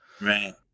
right